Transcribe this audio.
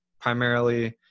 primarily